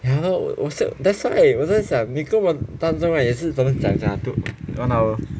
ya loh that's why 我在想你跟我单单 right 也是不可能讲讲到 one hour